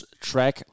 track